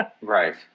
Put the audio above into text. Right